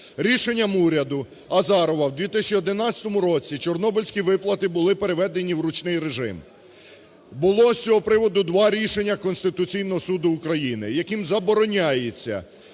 Рішенням уряду Азарова в 2011 році чорнобильські виплати були переведені в ручний режим. Було з цього приводу два рішення Конституційного суду України, яким забороняється